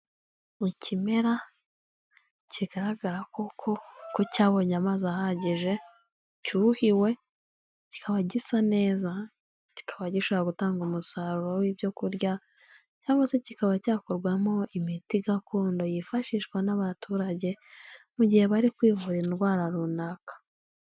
Mu kimera kigaragara koko ko cyabonye amazi ahagije cyuhiwe kikaba gisa neza, kikaba gishobora gutanga umusaruro w'ibyo kurya cyangwa se kikaba cyakorwamo imiti gakondo yifashishwa n'abaturage mu gihe bari kwivura indwara runaka.